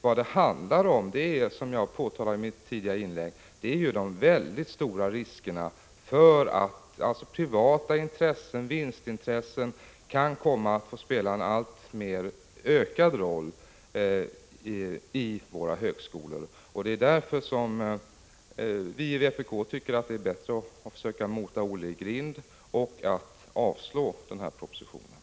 Vad det handlar om är, som jag framhöll i mitt tidigare inlägg, de väldigt stora riskerna för att privata intressen, vinstintressen, kan komma att spela en allt större roll i våra högskolor. Det är därför som vi i vpk tycker att det är bättre att försöka mota Olle i grind och avslå den här propositionen.